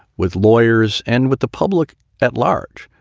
with lawyers and with the public at large.